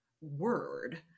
word